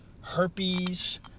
herpes